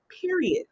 Period